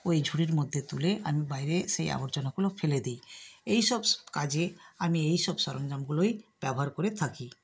ওই ঝুড়ির মধ্যে তুলে আমি বাইরে সেই আবর্জনাগুলো ফেলে দি এইসবস কাজে আমি এইসব সরঞ্জামগুলোই ব্যবহার করে থাকি